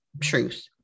truth